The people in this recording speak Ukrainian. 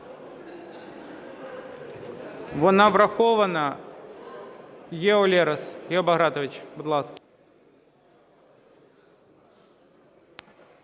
Вона врахована. Гео Лерос. Гео Багратович, будь ласка.